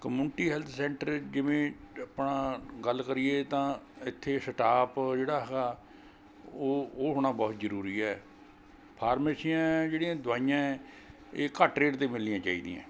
community health centre ਜਿਵੇਂ ਆਪਣਾ ਗੱਲ ਕਰੀਏ ਤਾਂ ਇੱਥੇ ਸਟਾਫ਼ ਜਿਹੜਾ ਹਗਾ ਉਹ ਉਹ ਹੋਣਾ ਬਹੁਤ ਜ਼ਰੂਰੀ ਹੈ ਫਾਰਮੇਸੀਆਂ ਜਿਹੜੀਆਂ ਦਵਾਈਆਂ ਇਹ ਘੱਟ ਰੇਟ 'ਤੇ ਮਿਲਣੀਆਂ ਚਾਹੀਦੀਆਂ